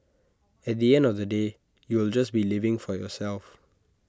at the end of the day you'll just be living for yourself